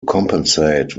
compensate